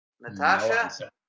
Natasha